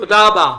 תודה רבה.